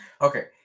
okay